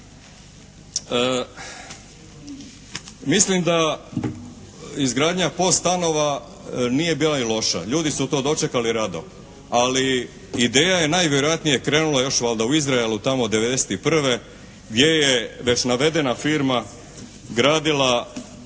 Mislim da izgradnja POS stanova nije bila ni loša. Ljudi su to dočekali rado, ali ideja je najvjerojatnije krenula još valjda u Izraelu tamo 1991. gdje je već navedena firma gradila